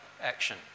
action